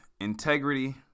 integrity